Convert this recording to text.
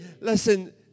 listen